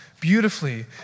beautifully